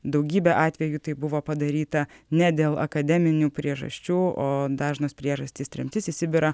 daugybe atvejų tai buvo padaryta ne dėl akademinių priežasčių o dažnos priežastys tremtis į sibirą